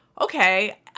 okay